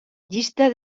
llista